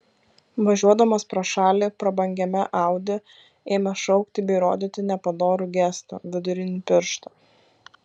važiuodamas pro šalį prabangiame audi ėmė šaukti bei rodyti nepadorų gestą vidurinį pirštą